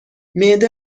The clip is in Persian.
معده